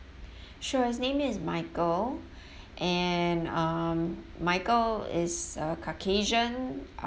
sure his name is michael and um michael is a caucasian